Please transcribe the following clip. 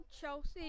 Chelsea